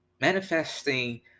manifesting